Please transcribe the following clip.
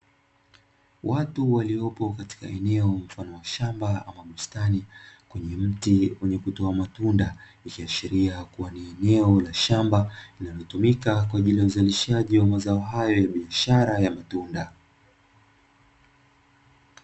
Watu waliopo katika eneo mfano wa shamba ama bustani kwenye mti wenye kutoa matunda, ikiashiria kuwa ni eneo la shamba lilitumika kwenye hilo uzalishaji wa mazao hayo ya biashara ya matunda.